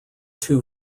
two